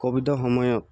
ক'ভিডৰ সময়ত